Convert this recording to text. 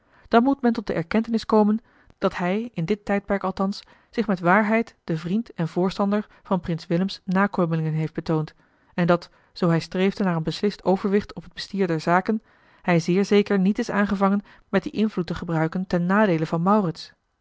dan moet men tot de erkentenis komen dat hij in dit tijdperk althans zich met waarheid den vriend en voorstander van prins willems nakomelingen heeft betoond en dat zoo hij streefde naar een beslist overwicht op het bestier der zaken hij zeer zeker niet is aangevangen met dien invloed te gebruiken ten nadeele van maurits